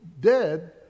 dead